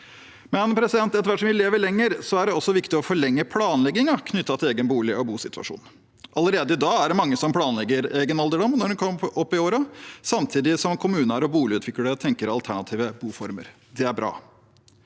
eneboligene. Etter hvert som vi lever lenger, er det også viktig å forlenge planleggingen knyttet til egen bolig og bosituasjon. Allerede i dag er det mange som planlegger egen alderdom når de kommer opp i årene, samtidig som kommuner og boligutviklere tenker alternative boformer. Det er bra.